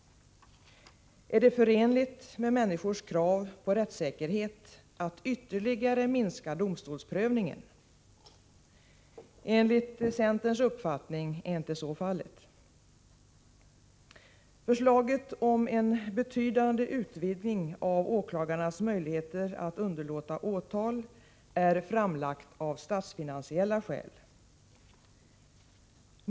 Är det förenligt med människors krav på rättssäkerhet att ytterligare minska domstolsprövningen? Enligt centerns uppfattning är så inte fallet. Förslaget om en betydande utvidgning av åklagarnas möjligheter att underlåta åtal är framlagt av statsfinansiella skäl.